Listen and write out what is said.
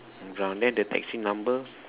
then the taxi number